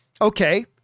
Okay